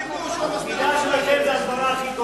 הבגידה שלכם זה ההסברה הכי טובה.